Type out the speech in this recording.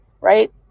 right